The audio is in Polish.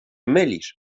mylisz